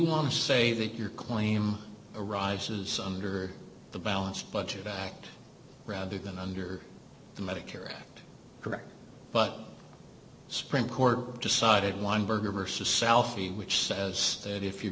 to say that your claim arises under the balanced budget act rather than under the medicare correct but sprint court decided one burger versus alfie which says that if you